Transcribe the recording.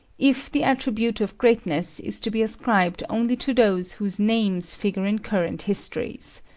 if the attribute of greatness is to be ascribed only to those whose names figure in current histories.